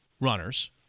runners